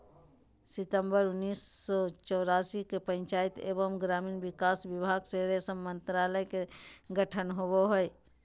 सितंबर उन्नीस सो चौरासी के पंचायत एवम ग्रामीण विकास विभाग मे रेशम मंत्रालय के गठन होले हल,